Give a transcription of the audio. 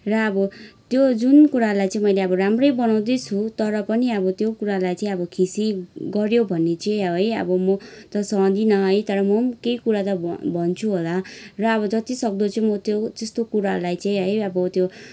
र अब त्यो जुन कुरालाई चाहिँ मैले अब राम्रै बनाउँदैछु तर पनि अब त्यो कुरालाई चाहिँ अब खिसी गऱ्यो भने चाहिँ है अब म त सहदिनँ है तर म पनि केहि कुरा त भन्छु होला र अब जति सक्दो चाहिँ म त्यो त्यस्तो कुरालाई चाहिँ है अब त्यो